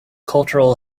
cultural